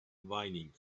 whinnying